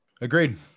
Agreed